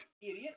idiot